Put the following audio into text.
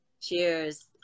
Cheers